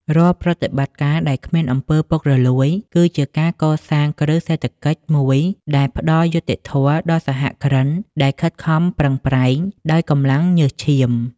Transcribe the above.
រាល់ប្រតិបត្តិការដែលគ្មាន អំពើពុករលួយ គឺជាការកសាងគ្រឹះសេដ្ឋកិច្ចមួយដែលផ្ដល់យុត្តិធម៌ដល់សហគ្រិនដែលខិតខំប្រឹងប្រែងដោយកម្លាំងញើសឈាម។